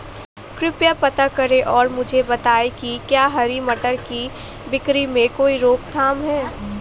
कृपया पता करें और मुझे बताएं कि क्या हरी मटर की बिक्री में कोई रोकथाम है?